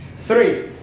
Three